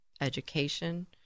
education